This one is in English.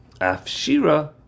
Afshira